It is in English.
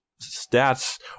stats